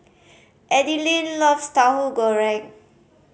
Adilene loves Tauhu Goreng